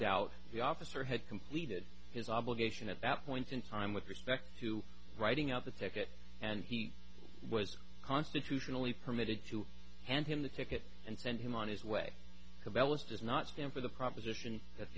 doubt the officer had completed his obligation at that point in time with respect to writing out the ticket and he was constitutionally permitted to hand him the ticket and send him on his way cabela's does not stand for the proposition